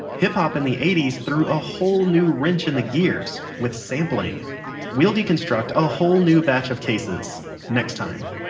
hip hop in the eighty s threw a whole new wrench in the gears with sampling we'll deconstruct a whole new batch of cases next time